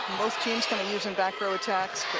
both teams kind of using backrow attacks.